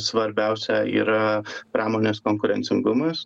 svarbiausia yra pramonės konkurencingumas